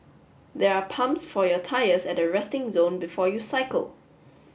there are pumps for your tyres at the resting zone before you cycle